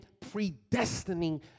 predestining